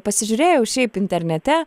pasižiūrėjau šiaip internete